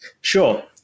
Sure